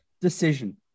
decision